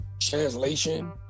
translation